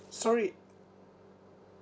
sorry